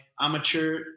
amateur